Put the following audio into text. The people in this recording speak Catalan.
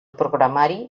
programari